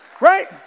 Right